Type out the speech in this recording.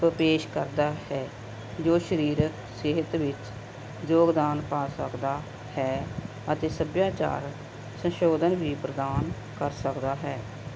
ਪੇਸ਼ ਕਰਦਾ ਹੈ ਜੋ ਸਰੀਰ ਸਿਹਤ ਵਿੱਚ ਯੋਗਦਾਨ ਪਾ ਸਕਦਾ ਹੈ ਅਤੇ ਸੱਭਿਆਚਾਰ ਸੰਸ਼ੋਧਨ ਵੀ ਪ੍ਰਦਾਨ ਕਰ ਸਕਦਾ ਹੈ